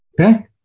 Okay